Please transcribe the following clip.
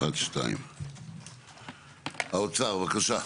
האוצר, בבקשה.